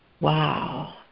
Wow